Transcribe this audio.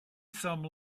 some